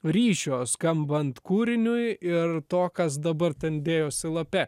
ryšio skambant kūriniui ir to kas dabar ten dėjosi lape